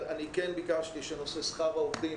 אני ביקשתי שנושא שכר העובדים